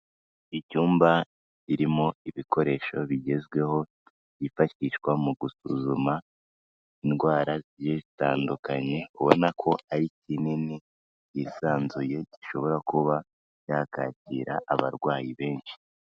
Icyumba kirimo ibikoresho bigezweho byifakishwa mu gusuzuma indwara zigiye zitandukanye, ubona ko ari kinini kisanzuye gishobora kuba cyakakira abarwayi benshi.